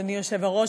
אדוני היושב-ראש,